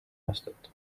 aastat